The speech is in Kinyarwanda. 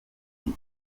ati